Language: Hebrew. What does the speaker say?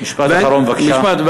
משפט אחרון, בבקשה.